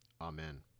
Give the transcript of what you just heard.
Amen